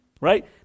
Right